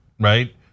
right